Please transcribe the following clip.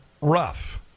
rough